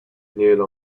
neil